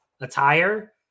attire